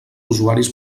usuaris